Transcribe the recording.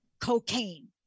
cocaine